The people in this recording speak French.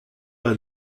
bas